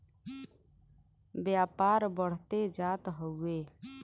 व्यापार बढ़ते जात हउवे